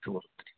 শুভরাত্রি